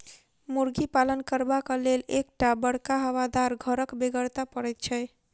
मुर्गी पालन करबाक लेल एक टा बड़का हवादार घरक बेगरता पड़ैत छै